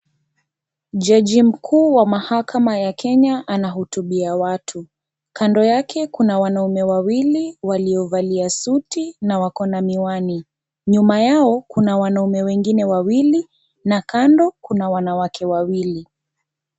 Jaji mkuu wa mahakama ya Kenya anahutubia watu, kando yake kuna wanaume wawili waliovalia suti na wako na miwani nyuma yao kuna wanaume wengine wawili na kando kuna wanawake wawili.